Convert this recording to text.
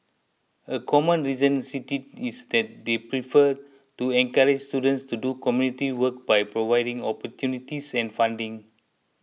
a common reason cited is that they prefer to encourage students to do community work by providing opportunities and funding